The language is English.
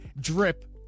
Drip